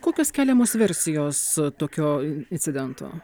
kokios keliamos versijos tokio incidento